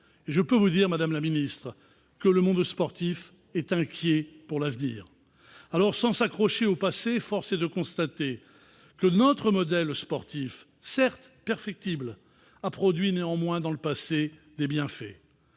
Je peux vous dire, madame la ministre, que le monde sportif est inquiet pour l'avenir. Sans s'accrocher au passé, force est de constater que notre modèle sportif, certes perfectible, a produit dans le passé des bienfaits.